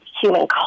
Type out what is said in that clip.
human